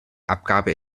abgabe